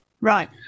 Right